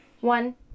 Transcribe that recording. One